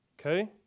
Okay